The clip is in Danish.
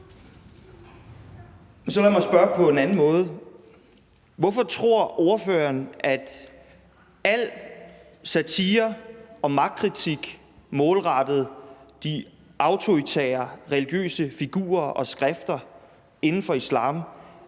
Så lad mig spørge på en anden måde: Hvorfor tror ordføreren at al satire og magtkritik målrettet de autoritære religiøse figurer og skrifter inden for islam